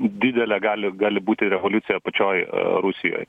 didelę gali gali būti revoliucija pačioj rusijoj